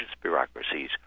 bureaucracies